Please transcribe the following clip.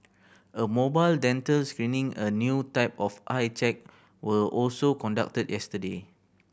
a mobile dental screening a new type of eye check were also conducted yesterday